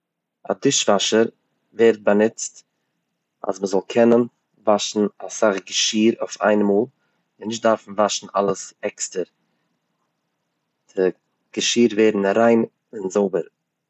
א דישוואשער ווערט באנוצט אז מען זאל קענען וואשן אסאך געשיר אויף איין מאל, און נישט דארפן וואשן אלעס עקסטער, די געשיר ווערן ריין און זויבער.